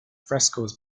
frescoes